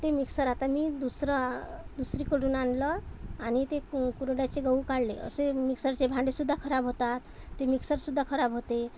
ते मिक्सर आता मी दुसरं दुसरीकडून आणलं आणि ते कु कुरडयाचे गहू काढले असे मिक्सरचे भांडे सुद्धा खराब होतात ते मिक्सर सुद्धा खराब होते